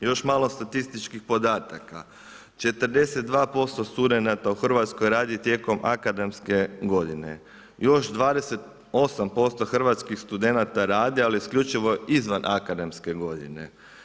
Još malo statističkih podataka, 42% studenata radi tijekom akademske godine, još 28% hrvatskih studenta radi ali isključivo izvan akademske godine.